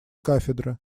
кафедры